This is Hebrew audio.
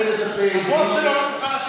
שנייה,